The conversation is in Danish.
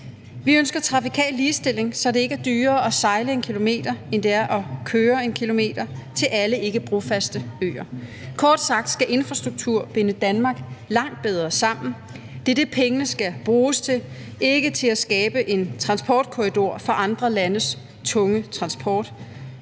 Vi ønsker trafikal ligestilling, så det ikke er dyrere at sejle 1 km, end det er at køre 1 km, til alle ikkebrofaste øer. Kort sagt skal infrastruktur binde Danmark langt bedre sammen. Det er det, pengene skal bruges til – ikke til at skabe en transportkorridor for andre landes tunge transport.